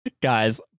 Guys